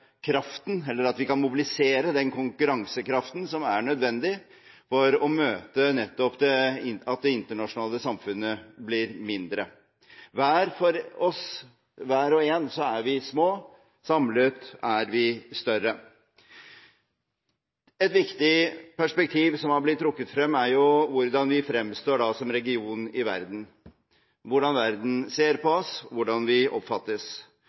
vi kan mobilisere den konkurransekraften som er nødvendig for å møte nettopp det at det internasjonale samfunnet blir mindre. Hver for oss – hver og en – er vi små. Samlet er vi større. Et viktig perspektiv, som er blitt trukket frem, er hvordan vi fremstår som region i verden, hvordan verden ser på oss, hvordan vi oppfattes,